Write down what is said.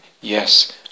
Yes